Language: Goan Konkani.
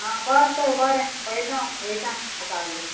आं बरें तर बरें पळयतां हांव वयतां कासावलीं